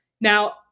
Now